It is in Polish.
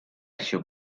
się